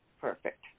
Perfect